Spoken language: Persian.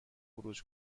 خروج